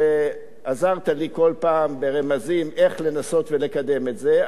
שעזרת לי כל פעם ברמזים איך לנסות ולקדם את זה.